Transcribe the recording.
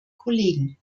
kollegen